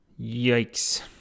Yikes